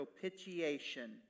propitiation